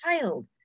child